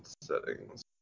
settings